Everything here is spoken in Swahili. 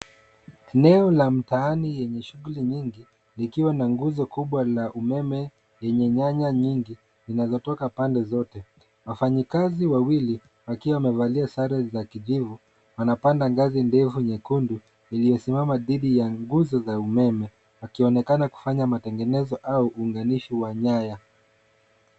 Eneo la mtaani yenye shuguli nyingi, likiwa na nguzo kubwa la umeme yenye nyaya nyingi, zinazotoka pande zote. Wafanyikazi wawili, wakiwa wamevalia sare za kijivu, wanapanda ngazi ndefu nyekundu iliyosimama dhidi ya nguzo za umeme, wakionekana kufanya matengenezo au uunganishi wa nyaya.